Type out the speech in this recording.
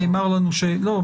--- לא.